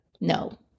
No